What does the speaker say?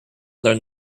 learn